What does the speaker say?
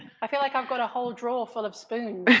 i feel like i've got a whole drawer full of spoons,